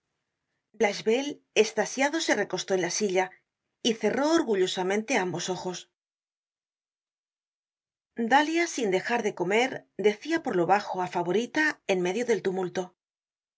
f blachevelle estasiado se recostó en la silla y cerró orgullosamente ambos ojos content from google book search generated at dalia sin dejar de comer decia por lo bajo á favorita en medio del tumulto